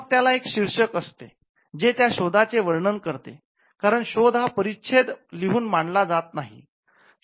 मग त्याला एक शीर्षक असते जे त्या शोधाचे वर्णन करते कारण शोध हा परिच्छेद लिहून मांडला जात नाही